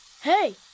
hey